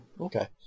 okay